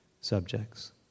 subjects